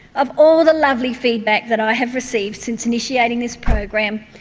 of all the lovely feedback that i have received since initiating this program,